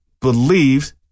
believed